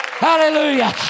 Hallelujah